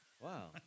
Wow